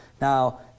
Now